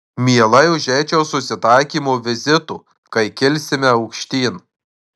mielai užeičiau susitaikymo vizito kai kilsime aukštyn